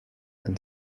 and